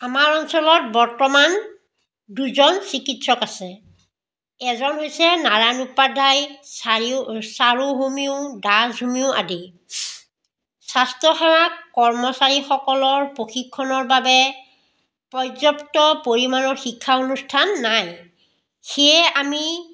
আমাৰ অঞ্চলত বৰ্তমান দুজন চিকিৎসক আছে এজন হৈছে নাৰায়ন উপাধ্যায় চায়ু চাৰু হোমিঅ' দাস হোমিঅ' আদি স্বাস্থ্যসেৱাত কৰ্মচাৰীসকলৰ প্ৰশিক্ষণৰ বাবে পৰ্যাপ্ত পৰিমাণৰ শিক্ষানুষ্ঠান নাই সেয়ে আমি